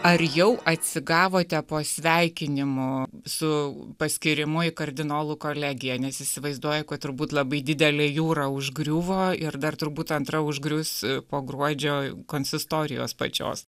ar jau atsigavote po sveikinimų su paskyrimu į kardinolų kolegiją nes įsivaizduoju kad turbūt labai didelė jūra užgriuvo ir dar turbūt antra užgrius po gruodžio konsistorijos pačios